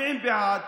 מצביעים בעד.